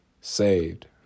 saved